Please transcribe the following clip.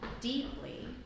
deeply